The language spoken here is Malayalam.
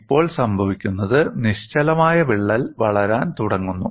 ഇപ്പോൾ സംഭവിക്കുന്നത് നിശ്ചലമായ വിള്ളൽ വളരാൻ തുടങ്ങുന്നു